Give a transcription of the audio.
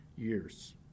years